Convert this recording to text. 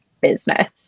business